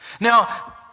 Now